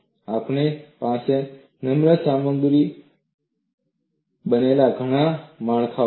અને આપણી પાસે નમ્ર સામગ્રીથી બનેલા ઘણા માળખા છે